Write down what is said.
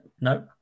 no